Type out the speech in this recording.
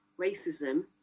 racism